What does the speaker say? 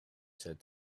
said